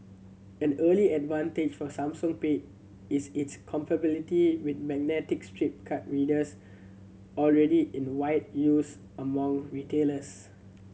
and early advantage for Samsung Pay is its compatibility with magnetic stripe card readers already in wide use among retailers